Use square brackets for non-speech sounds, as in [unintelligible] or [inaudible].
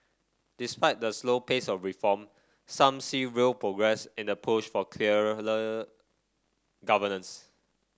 despite the slow pace of reform some see real progress in the push for [unintelligible] governance